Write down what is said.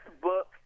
book